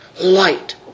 Light